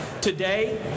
Today